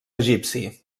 egipci